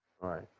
right